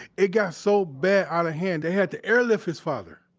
it got so bad, out of hand they had to airlift his father.